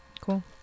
Cool